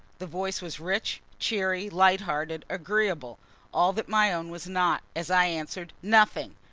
the voice was rich, cheery, light-hearted, agreeable all that my own was not as i answered nothing!